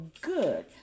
good